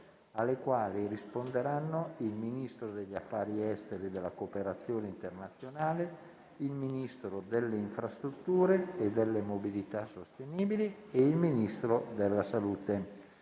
alle quali risponderanno il Ministro degli affari esteri e della cooperazione internazionale, il Ministro delle infrastrutture e della mobilità sostenibili e il Ministro della salute.